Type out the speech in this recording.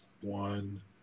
one